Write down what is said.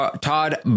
Todd